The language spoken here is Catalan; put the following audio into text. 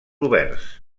oberts